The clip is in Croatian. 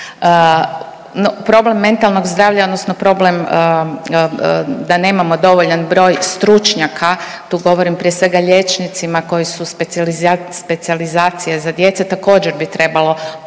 problem mentalnog zdravlja odnosno problem da nemamo dovoljan broj stručnjaka tu govorim prije svega liječnicima koji su specijalizacije za djecu također bi trebalo povećati